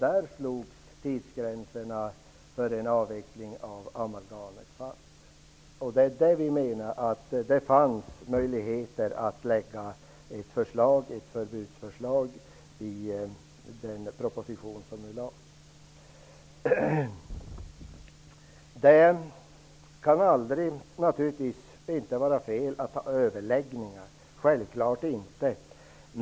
Där slogs tidsgränserna för en avveckling av amalgamet fast, och vi menar att det fanns möjlighet att lägga fram ett förbudsförslag i den proposition som regeringen nu kom med. Det kan naturligtvis aldrig vara fel att föra överläggningar, självklart inte.